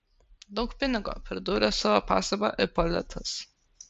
daug pinigo pridūrė savo pastabą ipolitas